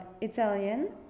Italian